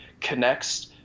connects